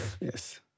Yes